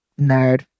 nerd